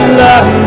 love